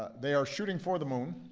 they are shooting for the moon